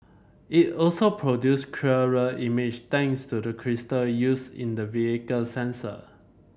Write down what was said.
it also produce clearer image thanks to the crystal used in the vehicle's sensor